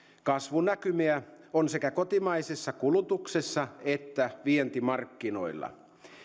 kasvunäkymiä on sekä kotimaisessa kulutuksessa että vientimarkkinoilla